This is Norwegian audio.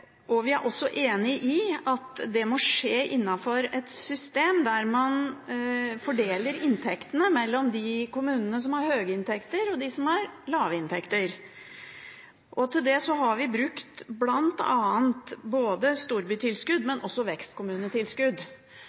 i. Vi er også enig i at det må skje innenfor et system der man fordeler inntektene mellom de kommunene som har høye inntekter og dem som har lave inntekter. Til det har vi bl.a. brukt både storbytilskudd og vekstkommunetilskudd.